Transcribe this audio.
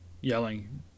Yelling